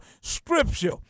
scripture